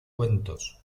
cuentos